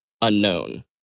unknown